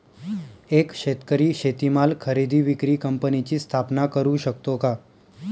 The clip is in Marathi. एक शेतकरी शेतीमाल खरेदी विक्री कंपनीची स्थापना करु शकतो का?